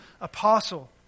apostle